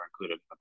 included